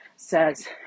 says